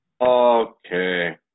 Okay